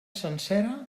sencera